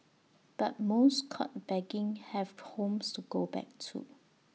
but most caught begging have homes to go back to